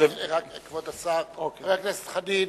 כבוד השר, חבר הכנסת חנין